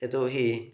यतो हि